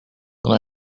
when